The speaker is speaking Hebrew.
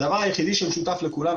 הדבר היחידי שהוא משותף לכולן,